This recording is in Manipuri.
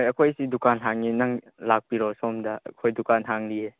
ꯍꯣꯏ ꯑꯩꯈꯣꯏꯁꯤ ꯗꯨꯀꯥꯟ ꯍꯥꯡꯏ ꯅꯪ ꯂꯥꯛꯄꯤꯔꯣ ꯁꯣꯝꯗ ꯑꯩꯈꯣꯏ ꯗꯨꯀꯥꯟ ꯍꯥꯡꯂꯤꯌꯦ